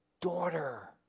Daughter